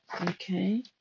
okay